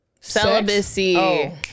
celibacy